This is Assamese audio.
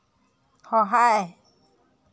সহায়